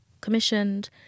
commissioned